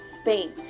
Spain